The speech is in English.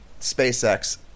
SpaceX